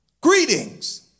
greetings